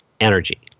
energy